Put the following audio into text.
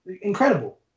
Incredible